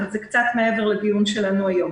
אבל זה קצת מעבר לדיון שלנו היום.